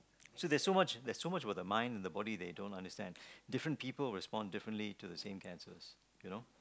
so there's so much there's so much about the mind and body that you don't understand different people respond differently to the same cancers